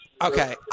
Okay